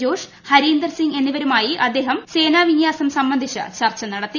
Josh Harinder Singh എന്നിവരുമായി അദ്ദേഹം സേനാവിന്യാസം സംബന്ധിച്ച് ചർച്ച നടത്തി